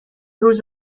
روز